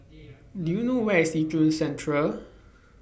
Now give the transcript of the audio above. Do YOU know Where IS Yishun Central